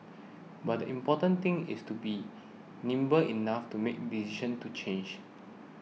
but the important thing is to be nimble enough to make decision to change